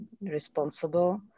responsible